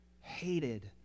hated